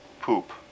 Poop